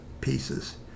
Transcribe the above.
pieces